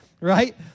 right